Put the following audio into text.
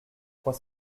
trois